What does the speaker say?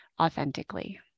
authentically